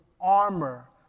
armor